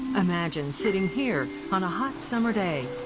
imagine sitting here on a hot summer day.